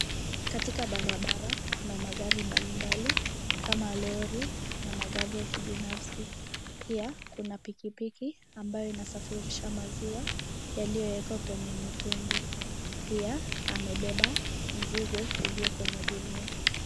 Katika barabara, kuna magari mbali mbali, kama roli, na magari ya kibinafsi, pia kuna pikipiki, ambayo inasafirisha maziwa, yaliyowekwa kwenye mitungi, pia, amebeba, mzigo ulio kwenye gunia.